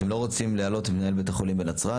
אתם לא רוצים להעלות את מנהל בית החולים בנצרת?